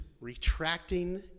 retracting